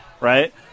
right